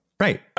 Right